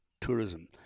tourism